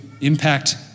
impact